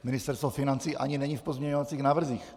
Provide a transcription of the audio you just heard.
Ministerstvo financí ani není v pozměňovacích návrzích.